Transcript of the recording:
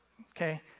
Okay